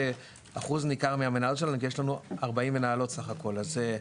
אחוז ניכר מהמניות שלנו כשיש לנו סך הכול40 מנהלות,